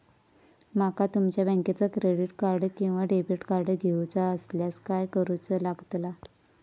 माका तुमच्या बँकेचा क्रेडिट कार्ड किंवा डेबिट कार्ड घेऊचा असल्यास काय करूचा लागताला?